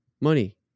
money